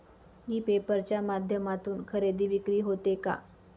E paper च्या माध्यमातून खरेदी विक्री होते का?